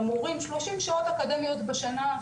30 שעות אקדמיות בשנה,